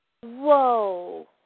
Whoa